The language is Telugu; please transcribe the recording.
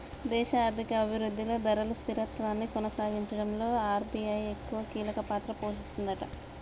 దేశ ఆర్థిక అభివృద్ధిలో ధరలు స్థిరత్వాన్ని కొనసాగించడంలో ఆర్.బి.ఐ ఎక్కువ కీలక పాత్ర పోషిస్తదట